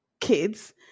kids